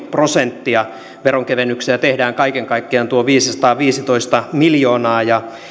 prosenttia veronkevennyksiä tehdään kaiken kaikkiaan tuo viisisataaviisitoista miljoonaa ja